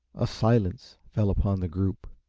a silence fell upon the group.